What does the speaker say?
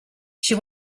she